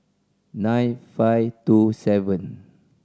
nine five two seven